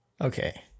okay